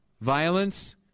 violence